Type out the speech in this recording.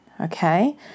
okay